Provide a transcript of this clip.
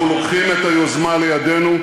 אנחנו לוקחים את היוזמה לידינו,